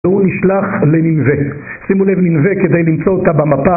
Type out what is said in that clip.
הוא נשלח לנינווה, שימו לב נינווה, כדי למצוא אותה במפה